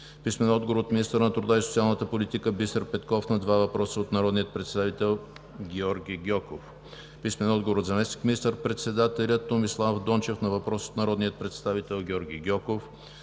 Тишев; - от министъра на труда и социалната политика Бисер Петков на два въпроса от народния представител Георги Гьоков; - от заместник министър-председателя Томислав Дончев на въпрос от народния представител Георги Гьоков;